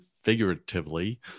figuratively